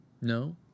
No